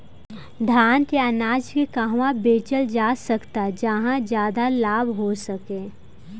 धान के अनाज के कहवा बेचल जा सकता जहाँ ज्यादा लाभ हो सके?